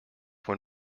when